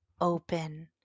open